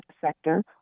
sector